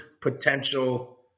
potential